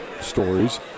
stories